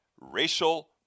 Racial